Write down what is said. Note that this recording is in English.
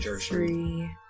three